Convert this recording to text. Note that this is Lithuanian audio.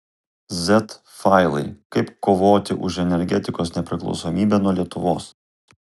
z failai kaip kovoti už energetikos nepriklausomybę nuo lietuvos